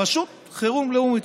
רשות חירום לאומית.